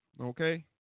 okay